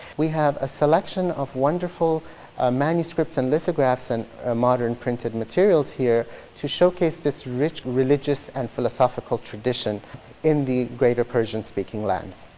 we have a selection of wonderful manuscripts and lithographs, and ah modern printed materials here to showcase this rich, religious, and philosophical tradition in the greater persian speaking lands.